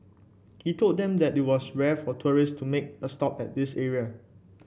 he told them that it was rare for tourist to make a stop at this area